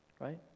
right